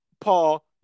Paul